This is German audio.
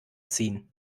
ziehen